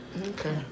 Okay